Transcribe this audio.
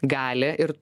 gali ir